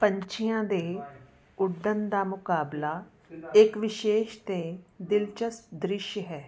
ਪੰਛੀਆਂ ਦੇ ਉੱਡਣ ਦਾ ਮੁਕਾਬਲਾ ਇੱਕ ਵਿਸ਼ੇਸ਼ ਅਤੇ ਦਿਲਚਸਪ ਦ੍ਰਿਸ਼ ਹੈ